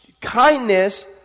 kindness